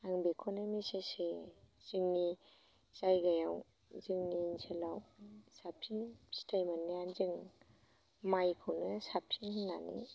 आं बेखौनो मेसेस होयो जोंनि जायगायाव जोंनि ओनसोलाव साबसिन फिथाइ मोननायानो जों माइखौनो साबसिन होननानै